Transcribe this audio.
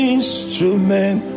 Instrument